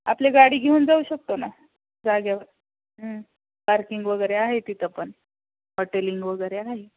आपली गाडी घेऊन जाऊ शकतो ना जाग्यावर पार्किंग वगैरे आहे तिथं पण हॉटेलिंग वगैरे आहे